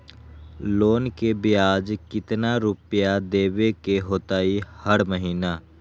Loan के ब्याज कितना रुपैया देबे के होतइ हर महिना?